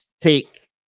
take